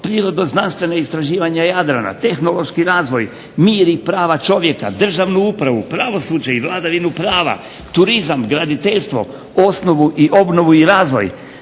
prirodo-znanstvena istraživanja Jadrana, tehnološki razvoj, mir i prava čovjeka, državnu upravu, pravosuđe i vladavinu prava, turizam, graditeljstvo, osnovu i obnovu i razvoj.